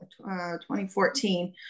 2014